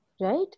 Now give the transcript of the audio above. Right